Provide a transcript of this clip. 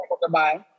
goodbye